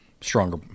stronger